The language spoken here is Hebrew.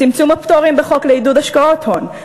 צמצום הפטורים בחוק לעידוד השקעות הון,